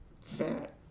fat